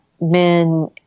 men